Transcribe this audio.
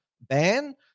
ban